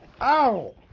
Ow